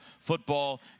football